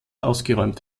ausgeräumt